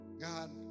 God